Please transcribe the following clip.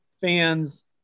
fans